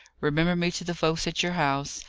remember me to the folks at your house,